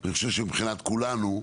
אני חושב שמבחינת כולנו,